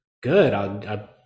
good